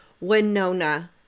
Winona